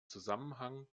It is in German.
zusammenhang